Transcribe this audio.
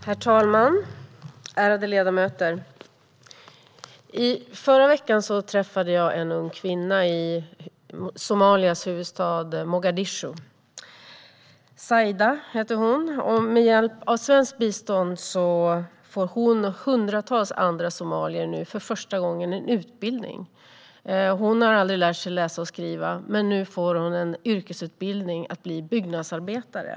Herr talman! Ärade ledamöter! Förra veckan träffade jag en ung kvinna i Somalias huvudstad Mogadishu. Hon heter Saida, och med hjälp av svenskt bistånd får hon och hundratals andra somalier nu för första gången en utbildning. Hon har aldrig lärt sig att läsa och skriva, men nu får hon en yrkesutbildning för att bli byggnadsarbetare.